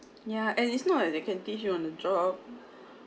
ya and it's not like they can teach you on a job